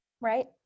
Right